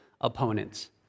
opponents